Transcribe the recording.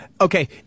Okay